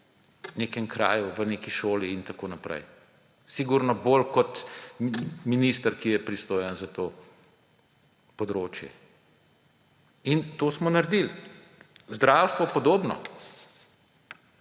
v nekem kraju, v neki šoli in tako naprej. Sigurno bolje ve kot minister, ki je pristojen za to področje. In to smo naredili. Zdravstvo podobno.